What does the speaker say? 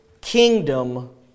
kingdom